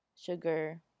sugar